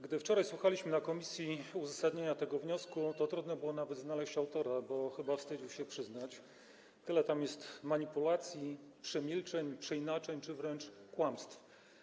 Gdy wczoraj słuchaliśmy w komisji uzasadnienia tego wniosku, to trudno było nawet znaleźć autora, bo chyba wstydził się przyznać, tyle tam jest manipulacji, przemilczeń, przeinaczeń czy wręcz kłamstw.